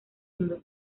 mundo